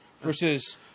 versus